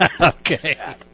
Okay